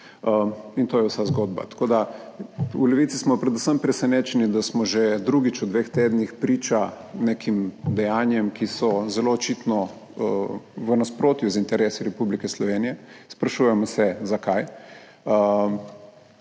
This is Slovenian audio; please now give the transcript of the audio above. in to je vsa zgodba. V Levici smo predvsem presenečeni, da smo že drugič v dveh tednih priča nekim dejanjem, ki so zelo očitno v nasprotju z interesi Republike Slovenije. Sprašujemo se, zakaj